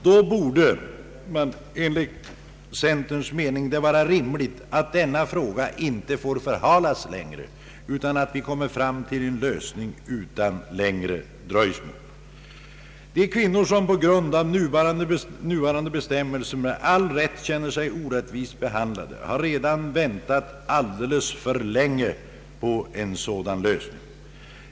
Då borde det enligt centerns mening vara rimligt att denna fråga inte får förhalas längre utan ati vi kommer fram till en lösning utan längre dröjsmål. De kvinnor som på grund av nuvarande bestämmelser med all rätt känner sig orättvist behandlade har redan väntat alldeles för länge på en sådan lösning.